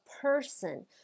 person